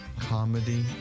Comedy